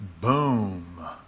Boom